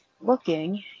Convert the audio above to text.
looking